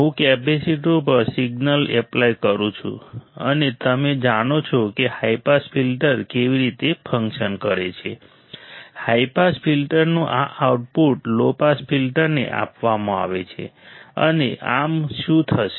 હું કેપેસિટર ઉપર signal apply કરું છું અને તમે જાણો છો કે હાઈ પાસ ફિલ્ટર કેવી રીતે ફંકશન કરે છે હાઈ પાસ ફિલ્ટરનું આ આઉટપુટ લો પાસ ફિલ્ટરને આપવામાં આવે છે અને આમ શું થશે